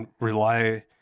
rely